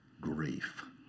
Grief